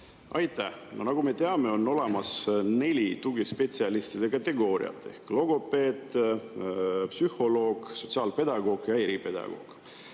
Aitäh! Nagu me teame, on olemas neli tugispetsialistide kategooriat: logopeed, psühholoog, sotsiaalpedagoog ja eripedagoog.